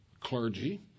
clergy